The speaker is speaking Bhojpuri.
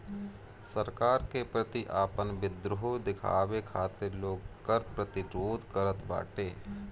सरकार के प्रति आपन विद्रोह दिखावे खातिर लोग कर प्रतिरोध करत बाटे